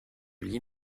lis